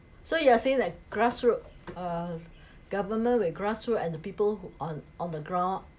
so you are saying that grassroot uh government with grassroot and the people who on on the ground